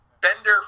Bender